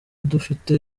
dufite